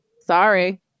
sorry